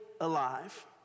alive